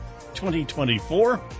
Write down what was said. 2024